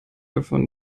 davon